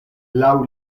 laŭ